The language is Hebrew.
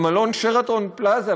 למלון "שרתון פלאזה",